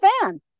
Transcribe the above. fan